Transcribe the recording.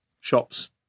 shops